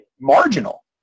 marginal